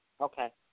Okay